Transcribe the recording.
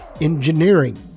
engineering